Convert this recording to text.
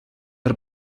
per